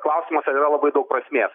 klausimas ar yra labai daug prasmės